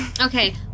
Okay